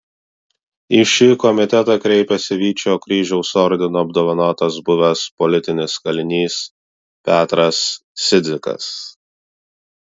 į šį komitetą kreipėsi vyčio kryžiaus ordinu apdovanotas buvęs politinis kalinys petras cidzikas